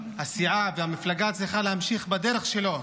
הסיעה והמפלגה צריכה להמשיך בדרך שלו.